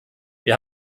wir